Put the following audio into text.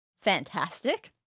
Fantastic